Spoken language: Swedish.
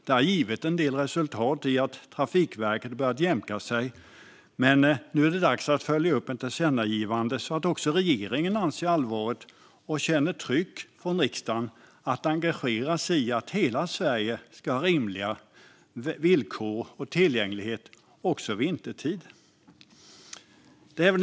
Det har givit en del resultat genom att Trafikverket har börjat jämka, men nu är det dags att följa upp med ett förslag till tillkännagivande så att också regeringen inser allvaret och känner tryck från riksdagen att engagera sig i att hela Sverige ska ha rimliga villkor och tillgänglighet också vintertid. Fru talman!